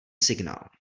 signál